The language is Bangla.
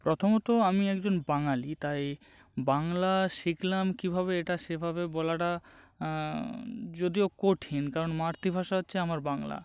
প্রথমত আমি একজন বাঙালি তাই বাংলা শিখলাম কীভাবে এটা সেভাবে বলাটা যদিও কঠিন কারণ মাতৃভাষা হচ্ছে আমার বাংলা